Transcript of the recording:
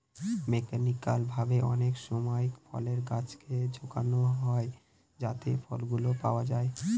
mechanical ভাবে অনেকসময় ফলের গাছকে ঝাঁকানো হয় যাতে ফলগুলো পাওয়া যায়